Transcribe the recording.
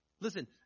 Listen